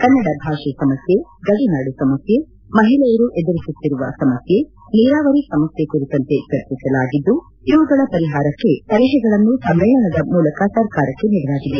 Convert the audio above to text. ಕನ್ನಡ ಭಾಷೆ ಸಮಸ್ಥೆ ಗಡಿನಾಡು ಸಮಸ್ಥೆ ಮಹಿಳೆಯರು ಎದುರಿಸುತ್ತಿರುವ ಸಮಸ್ಥೆ ನೀರಾವರಿ ಸಮಸ್ಥೆ ಕುರಿತಂತೆ ಚರ್ಚಿಸಲಾಗಿದ್ದು ಇವುಗಳ ಪರಿಹಾರಕ್ಕೆ ಸಲಹೆಗಳನ್ನು ಸಮ್ಮೇಳನದ ಮೂಲಕ ಸರ್ಕಾರಕ್ಕೆ ನೀಡಲಾಗಿದೆ